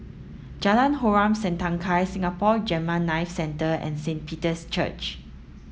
Jalan Harom Setangkai Singapore Gamma Knife Centre and Saint Peter's Church